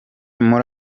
muri